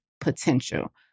potential